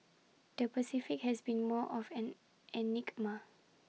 the Pacific has been more of an enigma